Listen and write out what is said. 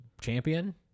champion